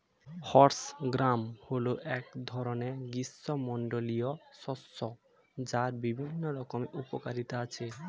horse gram হল এক ধরনের গ্রীষ্মমণ্ডলীয় শস্য যার বিভিন্ন রকমের উপকারিতা আছে